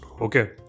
okay